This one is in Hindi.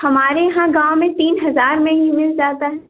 हमारे यहाँ गँव में तीन हज़ार में ही मिल जाता है